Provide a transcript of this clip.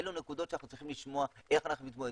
אלו נקודות שאנחנו צריכים לשמוע איך אנחנו מתמודדים.